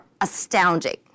astounding